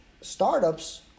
startups